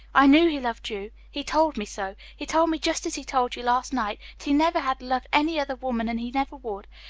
i knew he loved you. he told me so. he told me, just as he told you last night, that he never had loved any other woman and he never would.